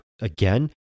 again